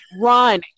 run